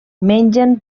mengen